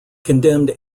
condemned